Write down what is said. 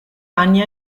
anni